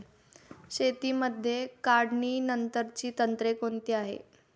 शेतीमध्ये काढणीनंतरची तंत्रे कोणती आहेत?